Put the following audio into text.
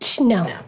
No